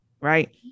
right